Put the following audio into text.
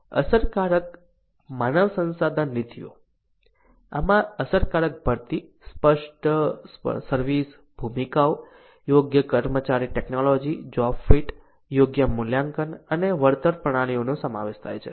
અસરકારક માનવ સંસાધન નીતિઓ આમાં અસરકારક ભરતી સ્પષ્ટ સર્વિસ ભૂમિકાઓ યોગ્ય કર્મચારી ટેકનોલોજી જોબ ફિટ યોગ્ય મૂલ્યાંકન અને વળતર પ્રણાલીઓનો સમાવેશ થાય છે